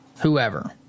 whoever